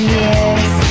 years